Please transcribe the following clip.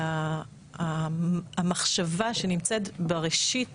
שהמחשבה שנמצאת בראשית